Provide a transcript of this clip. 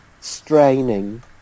straining